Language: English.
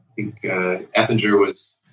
think effinger was,